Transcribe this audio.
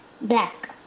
Black